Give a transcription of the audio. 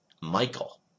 Michael